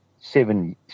seven